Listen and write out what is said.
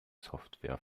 software